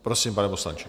Prosím, pane poslanče.